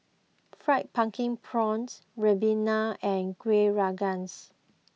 Fried Pumpkin Prawns Ribena and Kueh Rengas